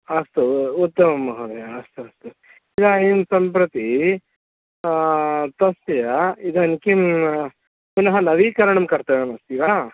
अस्तु ऊ उत्तमं महोदय अस्तु अस्तु इदानीं सम्प्रति तस्य इदानीं किं पुनः नवीकरणं कर्तव्यमस्ति वा